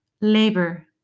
labor